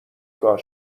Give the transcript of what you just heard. کار